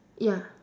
ya